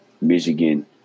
Michigan